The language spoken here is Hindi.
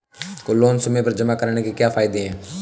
लोंन समय पर जमा कराने के क्या फायदे हैं?